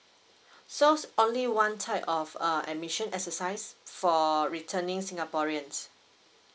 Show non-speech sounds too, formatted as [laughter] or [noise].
[breath] so s~ only one type of uh admission exercise for returning singaporeans